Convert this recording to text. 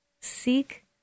seek